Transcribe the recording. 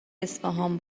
اصفهان